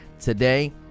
today